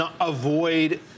avoid